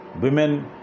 women